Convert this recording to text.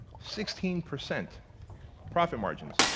sixteen percent profit margins.